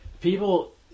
people